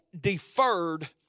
deferred